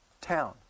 town